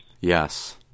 Yes